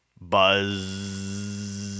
Buzz